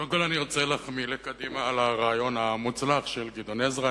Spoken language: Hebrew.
קודם כול אני רוצה להחמיא לקדימה על הרעיון המוצלח של גדעון עזרא,